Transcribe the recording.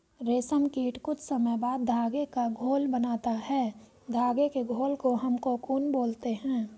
रेशम कीट कुछ समय बाद धागे का घोल बनाता है धागे के घोल को हम कोकून बोलते हैं